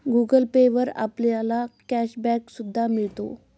Google pay वर आपल्याला cash back सुद्धा मिळतो